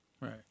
Right